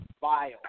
vile